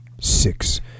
Six